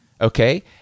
Okay